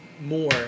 more